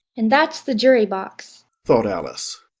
and that's the jury-box thought alice,